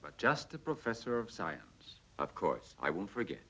but just a professor of science of course i won't forget